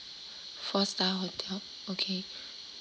four star hotel okay